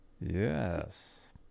Yes